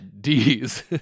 D's